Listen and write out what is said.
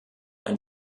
ein